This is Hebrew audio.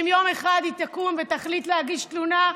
כדי שאם יום אחד היא תקום ותחליט להגיש תלונה,